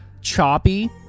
choppy